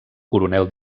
coronel